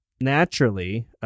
naturally